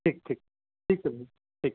ठीक ठीक ठीक है ठीक